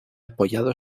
apoyado